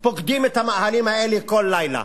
פוקדים את המאהלים האלה כל לילה.